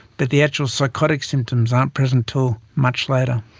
but the actual psychotic symptoms aren't present until much later.